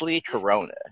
Corona